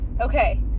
okay